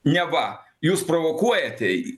neva jūs provokuojate jį